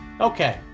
Okay